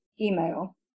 email